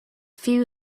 few